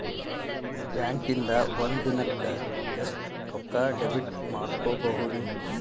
ಬ್ಯಾಂಕಿಂದಾ ಒಂದಿನಕ್ಕ ಎಷ್ಟ್ ರೊಕ್ಕಾ ಡೆಬಿಟ್ ಮಾಡ್ಕೊಬಹುದು?